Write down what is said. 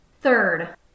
Third